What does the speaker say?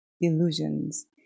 delusions